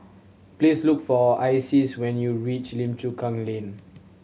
please look for Isis when you reach Lim Chu Kang Lane